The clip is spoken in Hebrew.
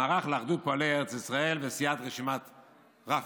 המערך לאחדות פועלי ארץ ישראל וסיעת רשימת רפ"י.